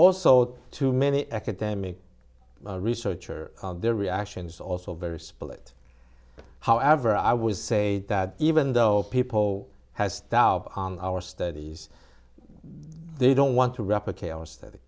also too many economic researcher their reactions also very split however i would say that even though people has our studies they don't want to replicate our study